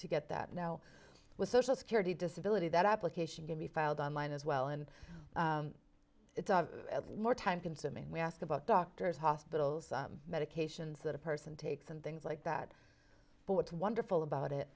to get that know with social security disability that application can be filed on line as well and it's more time consuming we ask about doctors hospitals medications that a person takes and things like that but what's wonderful about it